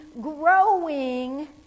growing